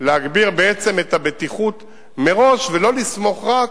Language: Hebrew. להגביר בעצם את הבטיחות מראש ולא לסמוך רק